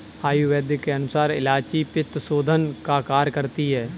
आयुर्वेद के अनुसार इलायची पित्तशोधन का कार्य करती है